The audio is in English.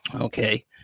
Okay